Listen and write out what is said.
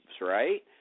right